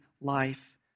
life